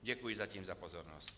Děkuji zatím za pozornost.